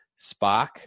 Spock